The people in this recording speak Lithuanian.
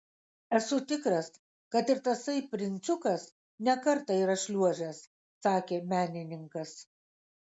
esu tikras kad ir tasai princiukas ne kartą yra šliuožęs sakė menininkas